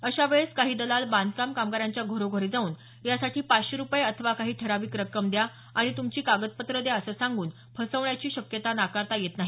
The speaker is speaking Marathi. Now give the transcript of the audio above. अशा वेळेस काही दलाल बांधकाम कामगारांच्या घरोघरी जाऊन यासाठी पाचशे रूपये अथवा काही ठराविक रक्कम द्या आणि तुमचे कागदपत्रे द्या असं सांगून फसवण्याची शक्यता नाकारता येत नाही